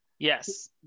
Yes